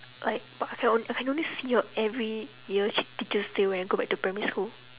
like but I can o~ I can only see her every year chi~ teachers' day when I go back to primary school